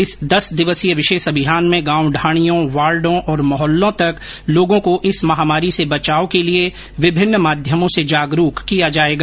इस दस दिवसीय विशेष अभियान में गांव ढाणियों वार्डों और मोहल्लों तक लोगों को इस महामारी से बचाव के लिए विभिन्न माध्यमों से जागरूक किया जाएगा